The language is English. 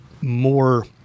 more